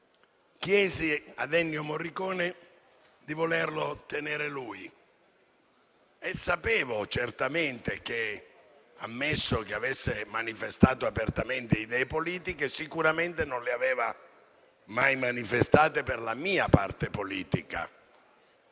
se avesse voluto dirigerlo lui. Sapevo certamente che, ammesso che avesse manifestato apertamente idee politiche, sicuramente non le aveva mai manifestate per la mia parte politica.